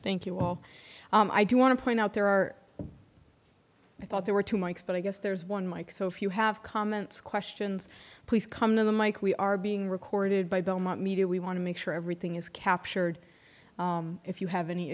thank you all i do want to point out there are i thought there were two mikes but i guess there's one mike so if you have comments questions please come to the mike we are being recorded by belmont media we want to make sure everything is captured if you have any